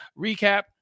recap